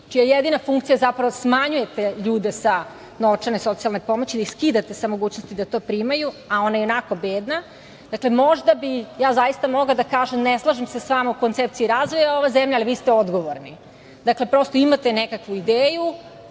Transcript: čija je jedina funkcija zapravo da smanjujete ljude sa novčane socijalne pomoći, da ih skidate sa mogućnosti da to primaju, a ona je ionako bedna, možda bih ja zaista mogla da kažem da se ne slažem sa vama u koncepciji razvoja ove zemlje, ali vi ste odgovorni. Dakle, prosto, imate nekakvu ideju